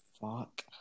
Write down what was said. fuck